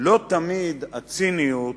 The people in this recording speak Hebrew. לא תמיד הציניות